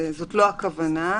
זאת לא הכוונה.